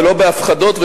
ולא בהפחדות,